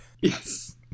yes